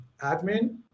admin